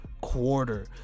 quarter